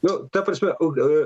nu ta prasme o ga